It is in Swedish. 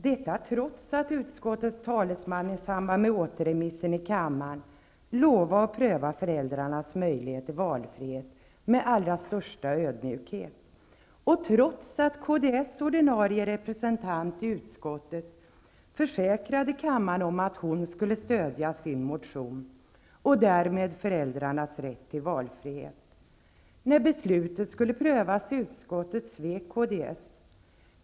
Detta trots att utskottets talesman i samband med återremissen i kammaren lovade att pröva föräldrarnas möjlighet till valfrihet med största ödmjukhet och trots att kds ordinarie representant i utskottet försäkrade kammaren om att hon skulle stödja sin motion och därmed föräldrarnas rätt till valfrihet. När beslutet skulle prövas i utskottet svek kds.